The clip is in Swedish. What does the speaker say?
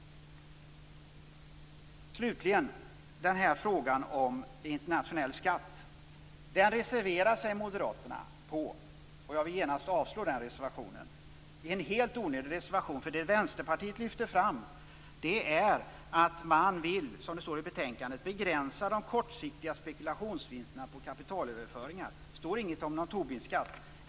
Slutligen tar jag upp frågan om en internationell skatt, som moderaterna reserverar sig mot. Jag vill genast yrka avslag på den reservationen. Det är en helt onödig reservation. Det Vänsterpartiet lyfter fram är att man vill, som det står i betänkandet, begränsa kortsiktiga spekulationsvinster på kapitalöverföringar. Det står inte någonting om en Tubinskatt.